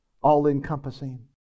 all-encompassing